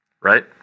Right